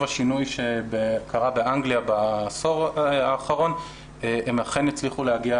השינוי שקרה באנגליה בעשור האחרון הם אכן יצליחו להגיע